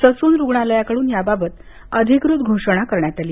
Sassoon रुग्णालयाकडून याबाबत अधिकृत घोषणा करण्यात आली